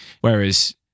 whereas